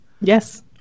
Yes